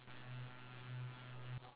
okay my answer is bitter gourd